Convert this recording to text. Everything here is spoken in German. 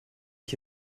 ich